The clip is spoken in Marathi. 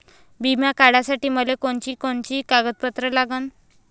बिमा काढासाठी मले कोनची कोनची कागदपत्र लागन?